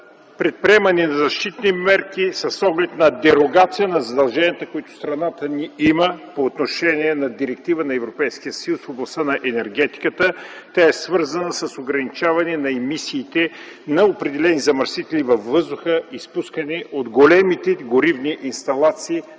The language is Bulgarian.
предприемане на защитни мерки с оглед на дерогация на задълженията, които страната ни има по отношение на директива на Европейския съюз в областта на енергетиката. Тя е свързана с ограничаване на емисиите на определени замърсители във въздуха, изпускани от големите горивни инсталации